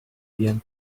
young